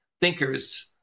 thinkers